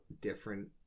different